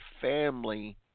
family